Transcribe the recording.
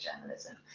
journalism